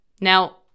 Now